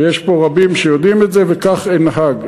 ויש פה רבים שיודעים את זה, וכך אנהג.